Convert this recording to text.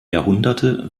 jahrhunderte